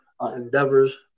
Endeavors